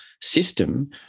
system